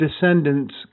descendants